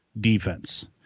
defense